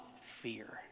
fear